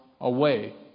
away